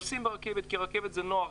נוסעים ברכבת כי רכבת זה נוח.